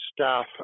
staff